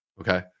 okay